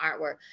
artwork